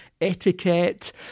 etiquette